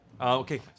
Okay